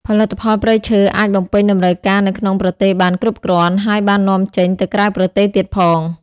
ផលិផលព្រៃឈើអាចបំពេញតម្រូវការនៅក្នុងប្រទេសបានគ្រប់គ្រាន់ ហើយបាននាំចេញទៅក្រៅប្រទេសទៀតផង។